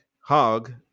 Hog